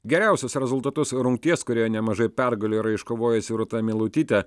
geriausius rezultatus rungties kurioje nemažai pergalių yra iškovojusi rūta meilutytė